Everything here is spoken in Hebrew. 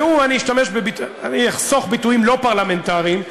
והוא, אני אחסוך ביטויים לא פרלמנטריים,